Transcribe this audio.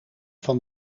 van